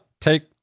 take